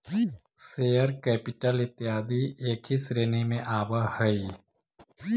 share capital इत्यादि एही श्रेणी में आवऽ हई